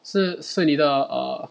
是是你的 err